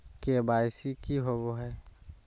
KYC की हॉबे हय?